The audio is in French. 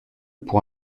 pour